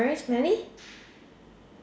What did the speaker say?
very smelly